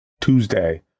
Tuesday